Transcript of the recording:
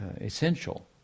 essential